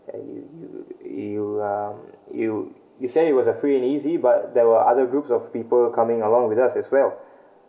and you you you um you you said it was a free and easy but there were other groups of people coming along with us as well